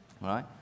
right